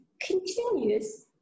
continues